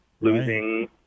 losing